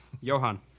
Johan